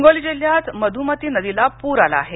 हिंगोली जिल्ह्यात मधुमती नदीला प्र आला आहे